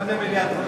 גם למליאת הכנסת.